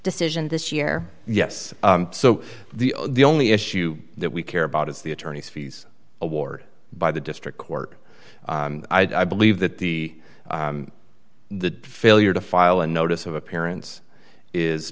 decision this year yes so the the only issue that we care about is the attorneys fees award by the district court i believe that the the failure to file a notice of appearance is